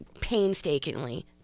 painstakingly